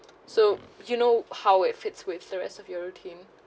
so you know how it fits with the rest of your routine